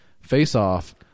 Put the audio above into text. face-off